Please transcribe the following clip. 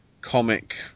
comic